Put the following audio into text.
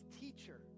teacher